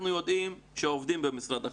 אנחנו יודעים שעובדים במשרד החינוך.